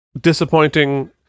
disappointing